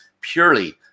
purely